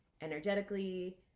Energetically